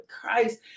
Christ